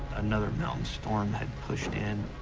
another mountain storm had pushed in.